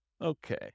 Okay